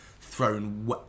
thrown